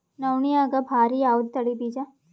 ನವಣಿಯಾಗ ಭಾರಿ ಯಾವದ ತಳಿ ಬೀಜ?